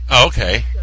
okay